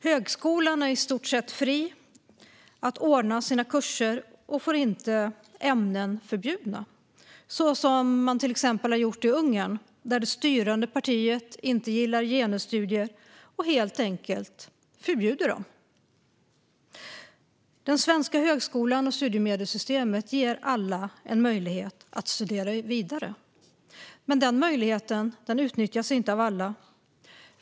Högskolan är i stort sett fri att ordna sina kurser och får inte ämnen förbjudna, som till exempel i Ungern där det styrande partiet inte gillar genusstudier och helt enkelt förbjuder dem. Den svenska högskolan och det svenska studiemedelsystemet ger alla en möjlighet att studera vidare. Men möjligheten utnyttjas inte av alla.